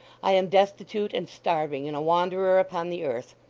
i am destitute and starving, and a wanderer upon the earth.